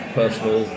personal